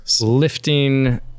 lifting